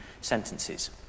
sentences